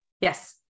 Yes